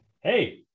Hey